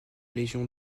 légion